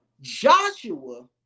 Joshua